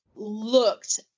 looked